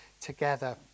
together